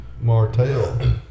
Martell